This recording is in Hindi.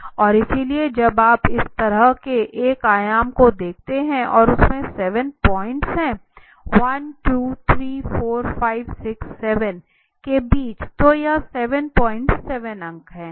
और इसलिए जब आप इस तरह के एक आयाम को देखते हैं और उसमें 7 पॉइंट है 1 2 3 4 5 6 7 के बीच तो यह 7 पॉइंट 7 अंक हैं